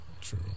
True